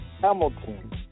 Hamilton